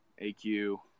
AQ